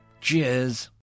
Cheers